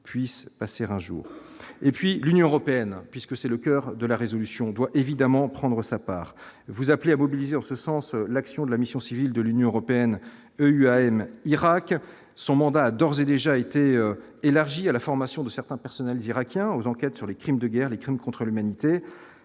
puisse passer un jour et puis l'Union européenne, puisque c'est le coeur de la résolution doit évidemment prendre sa part, vous appelez à mobiliser en ce sens, l'action de la mission civile de l'Union européenne, M. Irak son mandat, a d'ores et déjà été élargi à la formation de certains personnels irakiens aux enquêtes sur les crimes de guerre, les crimes contre l'humanité